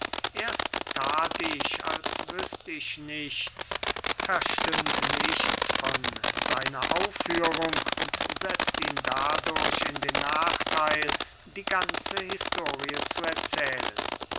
erst tat ich als wüßt ich nichts verstünd nichts von seiner aufführung und setzt ihn dadurch in den nachteil die ganze historie zu erzählen